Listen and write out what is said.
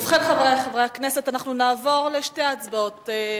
ובכן, חברי חברי הכנסת, אנחנו נעבור לשתי הצבעות.